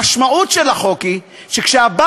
המשמעות של החוק היא שכשהבעל,